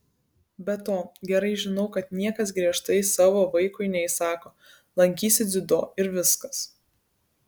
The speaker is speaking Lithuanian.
be to gerai žinau kad niekas griežtai savo vaikui neįsako lankysi dziudo ir viskas